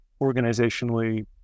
organizationally